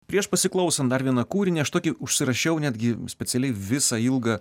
prieš pasiklausant dar vieną kūrinį aš tokį užsirašiau netgi specialiai visą ilgą